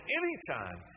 anytime